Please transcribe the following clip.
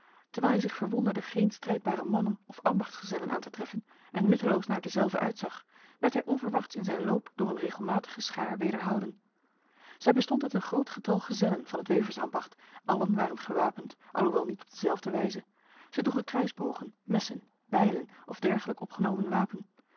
terwijl hij zich verwonderde geen strijdbare mannen of ambachtsgezellen aan te treffen en nutteloos naar dezelve uitzag werd hij onverwachts in zijn loop door een regelmatige schaar wederhouden zij bestond uit een groot getal gezellen van het weversambacht allen waren gewapend alhoewel niet op dezelfde wijze zij droegen kruisbogen messen bijlen of dergelijk opgenomen wapen